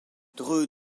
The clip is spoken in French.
dreux